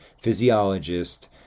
physiologist